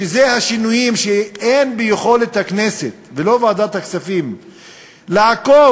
שזה השינויים שאין ביכולת הכנסת וועדת הכספים לעקוב